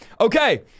Okay